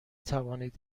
توانید